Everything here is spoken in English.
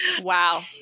Wow